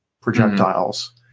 projectiles